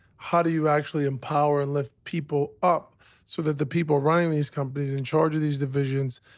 how do you actually empower and lift people up so that the people running these companies, in charge of these divisions,